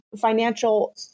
financial